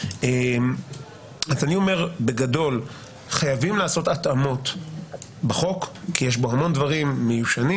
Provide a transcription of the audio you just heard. האם מישהו מהחברים הנוספים מבקש לדבר בשלב